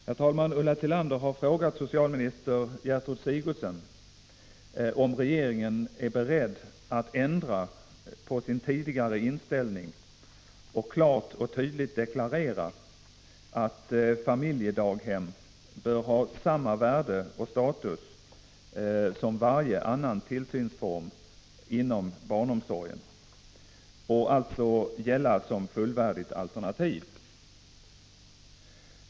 Herr talman! Ulla Tillander har frågat socialminister Gertrud Sigurdsen om regeringen är beredd att ändra på sin tidigare inställning och klart och tydligt deklarera att familjedaghem bör ha samma värde och status som varje annan tillsynsform inom barnomsorgen och alltså gälla som fullvärdigt alternativ.